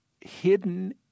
hidden